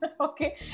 Okay